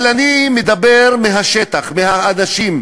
אבל אני מדבר מהשטח, מהאנשים,